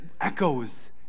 echoes